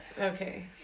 Okay